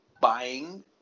buying